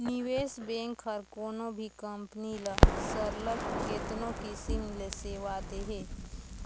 निवेस बेंक हर कोनो भी कंपनी ल सरलग केतनो किसिम ले सेवा देहे